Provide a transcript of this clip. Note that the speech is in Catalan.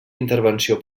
intervenció